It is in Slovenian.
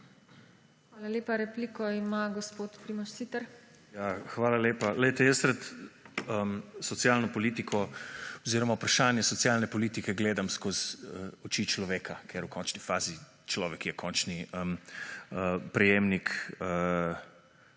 Hvala lepa. Repliko ima gospod Primož Siter. **PRIMOŽ SITER (PS Levica):** Hvala lepa. Glejte, jaz rad socialno politiko oziroma vprašanje socialne politike gledam skozi oči človeka, ker v končni fazi človek je končni prejemnik